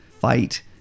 fight